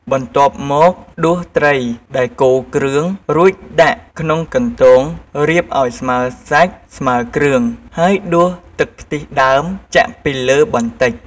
បន្ទាប់មកដួសត្រីដែលកូរគ្រឿង រួចដាក់ក្នុងកន្ទោងរៀបឲ្យស្មើសាច់ស្មើគ្រឿង ហើយដួសទឹកខ្ទិះដើមចាក់ពីលើបន្តិច។